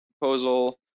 proposal